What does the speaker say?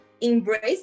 embrace